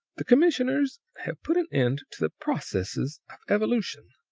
the commissioners have put an end to the processes evolution.